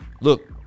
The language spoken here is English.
Look